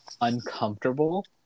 uncomfortable